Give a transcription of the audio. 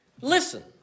Listen